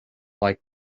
like